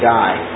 die